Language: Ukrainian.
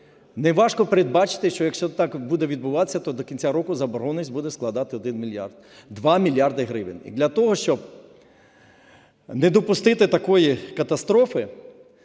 Неважко передбачити, що якщо так буде відбуватися, то до кінця року заборгованість буде складати 1 мільярд… 2 мільярди гривень. Для того, щоб не допустити такої катастрофи,